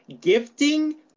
Gifting